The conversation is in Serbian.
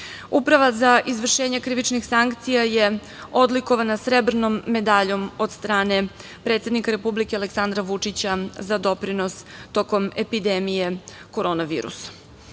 za izvršenje krivičnih sankcija je odlikovana srebrnom medaljom od strane predsednika Republike, Aleksandra Vučića za doprinos tokom epidemije korona virusa. Iz